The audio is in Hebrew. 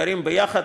וגרים יחד,